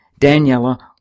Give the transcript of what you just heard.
Daniela